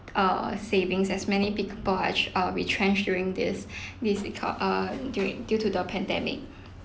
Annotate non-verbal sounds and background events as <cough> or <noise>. err savings as many people are <noise> err retrench doing this <breath> this eco~ err during due to the pandemic